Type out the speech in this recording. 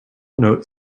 note